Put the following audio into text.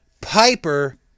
Piper